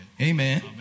Amen